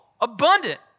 abundant